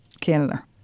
Canada